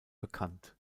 bekannt